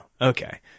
Okay